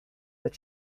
that